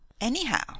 anyhow